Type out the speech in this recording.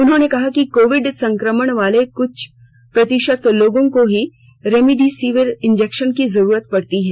उन्होंने कहा कि कोविड संक्रमण वाले केवल कुछ प्रतिशत लोगों को ही रेमडेसियिर इंजेक्शन की जरूरत पडती है